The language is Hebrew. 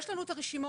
יש לנו את הרשימות,